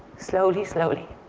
slowly, slowly,